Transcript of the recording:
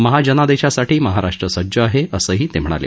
महाजनादेशासाठी महाराष्ट् सज्ज आहे असंही ते म्हणाले